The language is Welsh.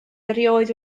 erioed